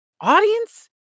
Audience